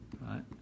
Right